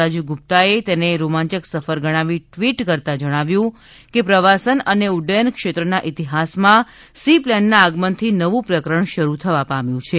રાજીવ ગુપ્તાએ તેને રોમાંચક સફર ગણાવી ટવીટ કરતા કહ્યું હતું કે પ્રવાસન અને ઉડ્ડયન ક્ષેત્રના ઇતિહાસમાં સી પ્લેનના આગમનથી નવું પ્રકરણ શરૂ થવા પામ્યું છે